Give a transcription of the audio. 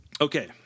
Okay